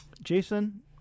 jason